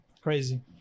Crazy